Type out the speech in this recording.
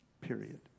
Period